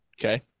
Okay